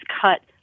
cut